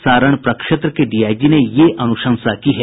सारण प्रक्षेत्र के डीआईजी ने यह अनुशंसा की है